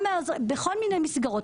בכל מיני מסגרות.